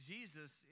Jesus